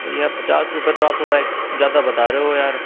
भैया पचास रुपये तो आप थोड़ा ज़्यादा बता रहे हो यार